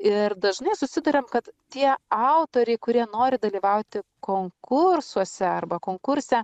ir dažnai susiduriam kad tie autoriai kurie nori dalyvauti konkursuose arba konkurse